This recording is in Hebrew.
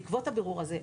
בעקבות הבירור הזה,